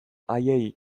haiei